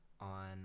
on